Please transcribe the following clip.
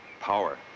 Power